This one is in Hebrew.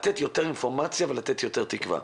לתת יותר אינפורמציה ולתת יותר תקווה.